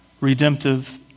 redemptive